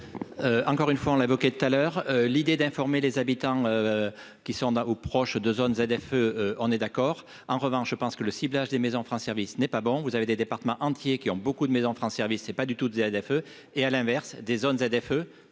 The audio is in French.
Encore une fois, on l'a évoqué tout à l'heure, l'idée d'informer les habitants qui sont là ou proches de zones ZFE on est d'accord, en revanche, je pense que le ciblage des maisons France service n'est pas bon, vous avez des départements entiers, qui ont beaucoup de mes enfants, service, c'est pas du tout de à feu et à l'inverse, des zones des